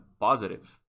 positive